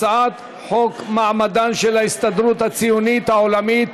הצעת חוק מעמדן של ההסתדרות הציונית העולמית